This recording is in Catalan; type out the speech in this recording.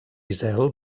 zel